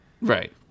right